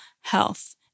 health